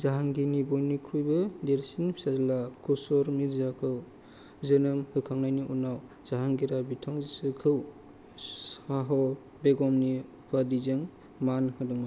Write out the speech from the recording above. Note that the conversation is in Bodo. जाहांगीरनि बयनिख्रुयबो देरसिन फिसाज्ला खुसर मिर्जाखौ जोनोम होखांनायनि उनाव जाहांगीरा बिथांजोखौ शाह बेगमनि उपाधिजों मान होदोंमोन